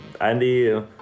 Andy